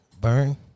burn